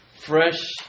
fresh